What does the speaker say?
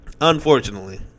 Unfortunately